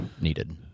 needed